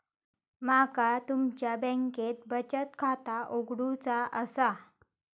माका तुमच्या बँकेत बचत खाता उघडूचा असा?